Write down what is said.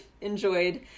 enjoyed